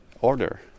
order